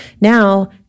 Now